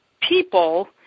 people